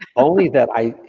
only that i.